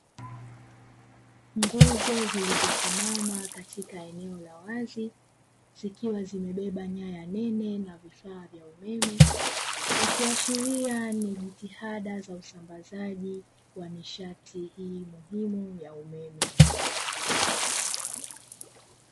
Nguzo zilizo simama Katika eneo la wazi, zikiwa zimebeba nyaya ya nene na vifaa vya umeme, ikiashiria ni jitihada za usambazaji wa nishati hii muhimu ya umeme.